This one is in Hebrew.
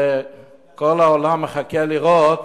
וכל העולם מחכה לראות